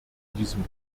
diesem